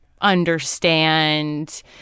understand